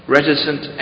Reticent